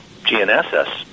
GNSS